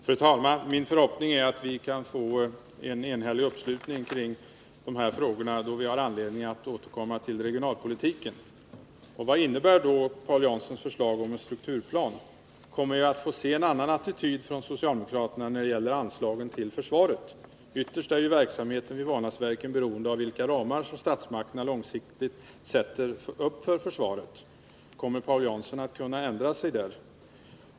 Fru talman! Min förhoppning är att vi kan få en enhällig uppslutning kring dessa frågor då vi återkommer till regionalpolitiken. Vad innebär då Paul Janssons förslag om en strukturplan? Kommer vi att få se en annan attityd från socialdemokraterna när det gäller anslagen till försvaret? Ytterst är ju verksamheten vid Vanäsverken beroende av vilka ramar som statsmakterna långsiktigt ger försvaret. Kommer Paul Jansson att kunna ändra sig i den frågan?